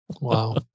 Wow